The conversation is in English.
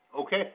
Okay